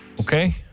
Okay